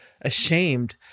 ashamed